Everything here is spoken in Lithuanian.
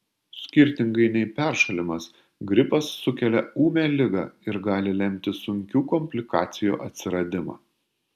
skirtingai nei peršalimas gripas sukelia ūmią ligą ir gali lemti sunkių komplikacijų atsiradimą